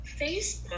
Facebook